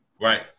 Right